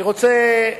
אני רוצה,